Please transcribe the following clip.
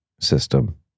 system